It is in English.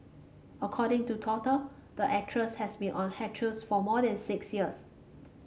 according to Toggle the actress has been on a hiatus for more than six years